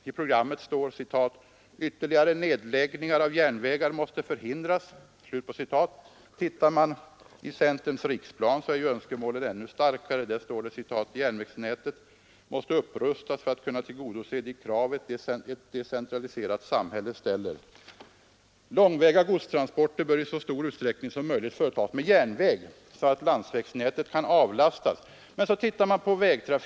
I programmet står: ”Ytterligare nedläggningar av järnvägar måste förhindras.” Tittar man i centerns riksplan är önskemålet ännu starkare. Där står: ”Järnvägsnätet måste upprustas för att kunna tillgodose de krav ett decentraliserat samhälle ställer.” ”Långväga godstransporter bör i så stor utsträckning som möjligt företas med järnväg så att landsvägsnätet kan avlastas”, sägs det vidare i dan ser man att ökade det här programmet.